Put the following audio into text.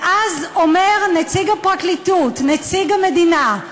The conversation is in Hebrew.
ואז אומר נציג הפרקליטות, נציג המדינה,